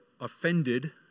offended